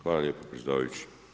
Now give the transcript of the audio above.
Hvala lijepo predsjedavajući.